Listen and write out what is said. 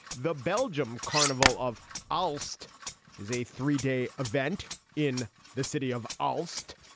the belgium carnival of i-list is a three day event in the city of august.